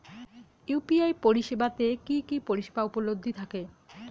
UPI পরিষেবা তে কি কি পরিষেবা উপলব্ধি থাকে?